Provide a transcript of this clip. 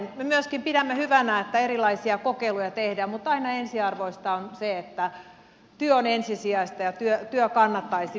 me myöskin pidämme hyvänä että erilaisia kokeiluja tehdään mutta aina ensiarvoista on se että työ on ensisijaista ja työ kannattaisi